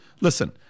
listen